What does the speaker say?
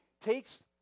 takes